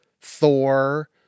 Thor